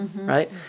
Right